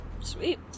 Sweet